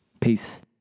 peace